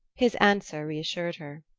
his answer reassured her.